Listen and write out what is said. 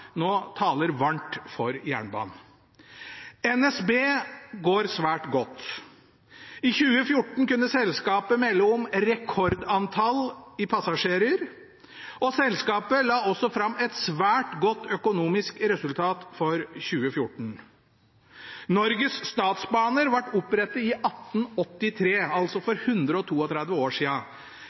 nå taler varmt for jernbanen. NSB går svært godt. I 2014 kunne selskapet melde om rekordantall passasjerer, og selskapet la også fram et svært godt økonomisk resultat for 2014. Norges Statsbaner ble opprettet i 1883, altså for 132 år siden. De nærmeste uker og